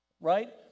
right